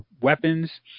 weapons